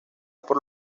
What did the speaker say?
por